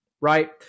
right